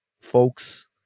folks